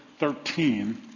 13